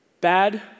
Bad